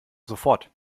sofort